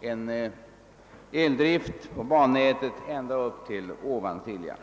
hela bannätet elektrifierat ända upp till Ovansiljan.